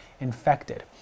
infected